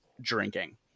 drinking